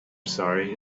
sorry